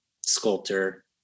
sculptor